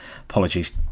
apologies